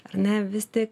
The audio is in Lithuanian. ar ne vis tik